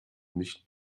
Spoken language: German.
nicht